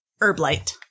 Herblight